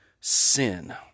sin